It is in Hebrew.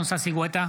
ששון ששי גואטה,